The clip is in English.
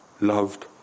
loved